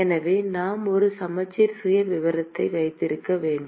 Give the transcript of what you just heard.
எனவே நாம் ஒரு சமச்சீர் சுயவிவரத்தை வைத்திருக்க வேண்டும்